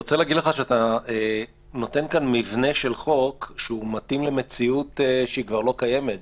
אתה נותן כאן מבנה של חוק שמתאים למציאות שכבר לא קיימת,